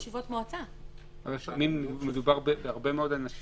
כדי לכלול פה אנשים שבאים לבצע